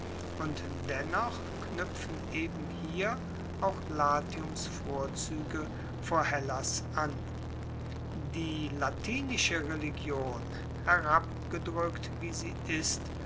und dennoch knuepfen eben hier auch latiums vorzuege vor hellas an die latinische religion herabgedrueckt wie sie ist